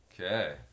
Okay